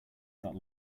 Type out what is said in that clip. that